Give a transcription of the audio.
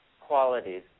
qualities